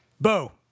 Bo